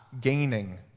gaining